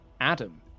adam